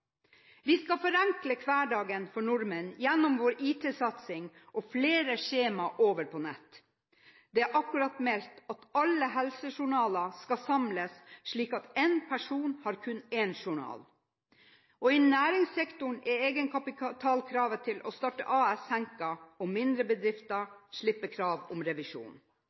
Vi skal forenkle hverdagen for nordmenn gjennom vår IT-satsing og få flere skjemaer over på nett. Det er akkurat meldt at alle helsejournaler skal samles, slik at én person har kun én journal. I næringssektoren er egenkapitalkravet til å starte et AS senket, og mindre bedrifter slipper kravet om revisjon.